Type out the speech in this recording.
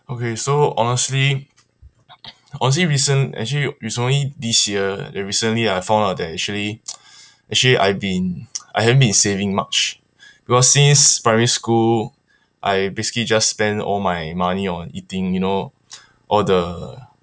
okay so honestly honestly recent~ actually it's only this year ya recently I found out that actually actually I've been I haven't been saving much because since primary school I basically just spend all my money on eating you know all the